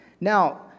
Now